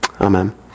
amen